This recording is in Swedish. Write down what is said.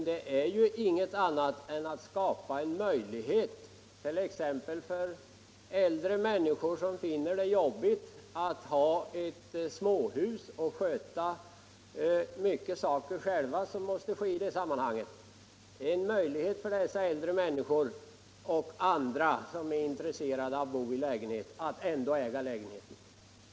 Det är ingenting annat än att skapa en möjlighet för t.ex. äldre människor, som finner det jobbigt att ha ett småhus och då själva göra vad som behöver göras, och andra som är intresserade av att bo i lägenhet — att få äga den lägenheten.